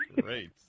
great